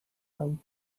them